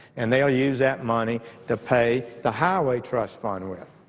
and they'll use that money to pay the highway trust fund with.